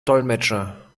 dolmetscher